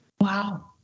Wow